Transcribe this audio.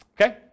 Okay